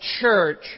church